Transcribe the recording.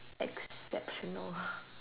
exceptional